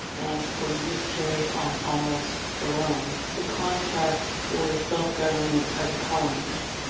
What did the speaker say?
and for years carried on almost alone, the contest for the self-government of the colonies.